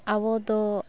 ᱟᱵᱚ ᱫᱚ